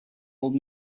old